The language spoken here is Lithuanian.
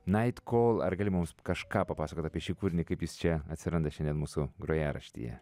night call ar gali mums kažką papasakot apie šį kūrinį kaip jis čia atsiranda šiandien mūsų grojaraštyje